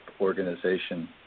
organization